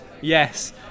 yes